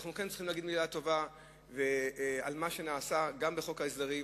אנחנו כן צריכים להגיד מלה טובה על מה שנעשה בחוק ההסדרים.